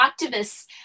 activists